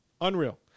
Unreal